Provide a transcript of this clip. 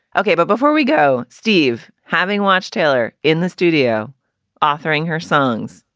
okay. but before we go, steve. having watched taylor in the studio authoring her songs,